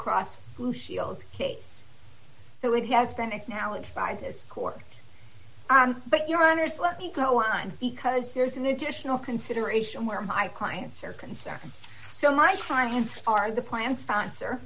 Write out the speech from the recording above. cross blue shield case so it has been acknowledged by this court but your honors let me go on because there's an additional consideration where my clients are concerned so my time ends are the plants